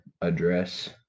address